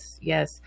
yes